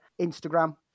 Instagram